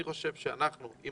אני חושב שאם